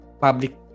public